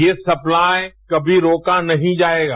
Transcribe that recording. यह सप्लाई कमी रोका नहीं जायेगा